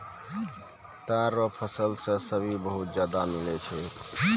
ताड़ रो फल से भी बहुत ज्यादा मिलै छै